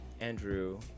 andrew